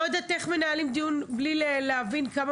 לא יודעת איך מנהלים דיון בלי להבין כמה